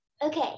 Okay